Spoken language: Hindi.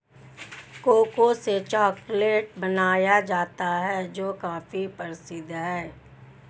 कोको से चॉकलेट बनाया जाता है जो काफी प्रसिद्ध है